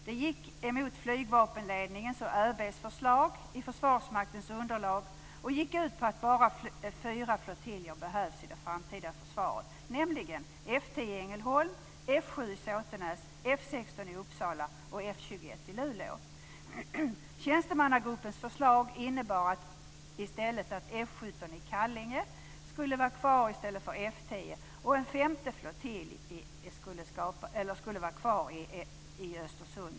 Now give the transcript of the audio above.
Det gick emot flygvapenledningens och ÖB:s förslag i Försvarsmaktens underlag, som gick ut på att bara fyra flottiljer behövs i det framtida försvaret, nämligen F 10 i Ängelholm, Kallinge skulle vara kvar i stället för F 10 och att en femte flottilj, F 4 i Östersund, skulle vara kvar.